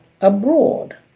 abroad